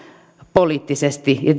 poliittisesti